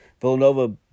Villanova